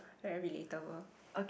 very relatable